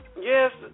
yes